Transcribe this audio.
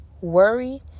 worry